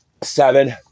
seven